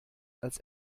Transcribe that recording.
als